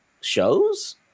shows